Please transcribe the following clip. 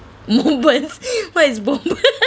moment what is moment